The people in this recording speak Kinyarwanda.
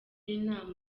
n’inama